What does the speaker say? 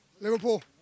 Liverpool